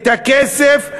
הכסף,